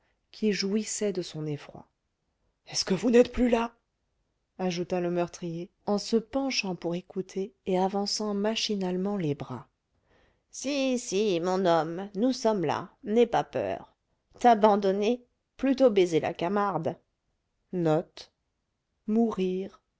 qui jouissaient de son effroi est-ce que vous n'êtes plus là ajouta le meurtrier en se penchant pour écouter et avançant machinalement les bras si si mon homme nous sommes là n'aie pas peur t'abandonner plutôt baiser la camarde